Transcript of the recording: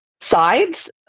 sides